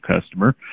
customer